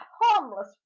harmless